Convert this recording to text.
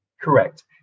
Correct